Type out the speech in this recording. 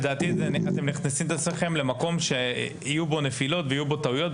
לדעתי אתם מכניסים את עצמך למקום שיהיו בו נפילות ויהיו בו טעויות,